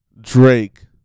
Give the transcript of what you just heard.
Drake